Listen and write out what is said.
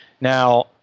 Now